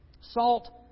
Salt